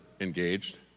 engaged